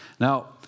Now